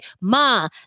Ma